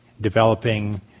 developing